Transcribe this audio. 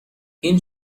این